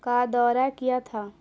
کا دورہ کیا تھا